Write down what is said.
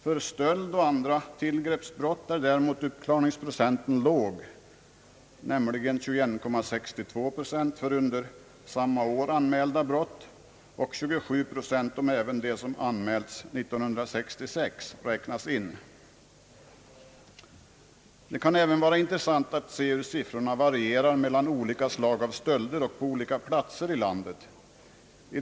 För stöld och andra tillgreppsbrott är däremot uppklaringsprocenten låg, nämligen 21,62 procent för under samma år anmälda brott och 27 procent, om även de som anmälts 1966 räknas in. Det kan även vara intressant att se hur siffrorna varierar mellan olika slag av stölder och på olika platser i landet.